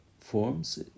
forms